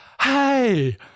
Hey